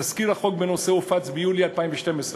תזכיר החוק בנושא הופץ ביולי 2012,